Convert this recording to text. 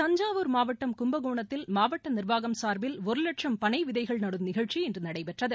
தஞ்சாவூர் மாவட்டம் கும்பகோணத்தில் மாவட்ட நிர்வாகம் சார்பில் ஒரு வட்சம் பனை விதைகள் நடும் நிகழ்ச்சி இன்று நடைபெற்றது